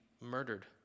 murdered